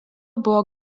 buvo